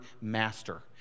master